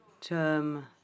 term